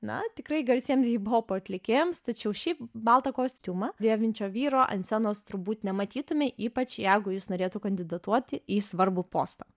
na tikrai garsiems hiphopo atlikėjams tačiau šiaip baltą kostiumą dėvinčio vyro ant scenos turbūt nematytume ypač jeigu jis norėtų kandidatuoti į svarbų postą